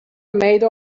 made